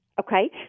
Okay